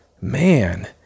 man